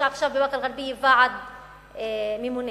יש עכשיו בבאקה-אל-ע'רביה ועד ממונה,